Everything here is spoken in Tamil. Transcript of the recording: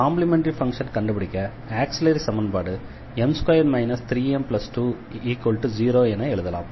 காம்ப்ளிமெண்டரி ஃபங்ஷனை கண்டுபிடிக்க ஆக்ஸிலரி சமன்பாடு m2 3m20 என எழுதலாம்